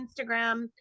Instagram